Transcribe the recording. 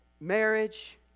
Marriage